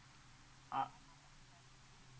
uh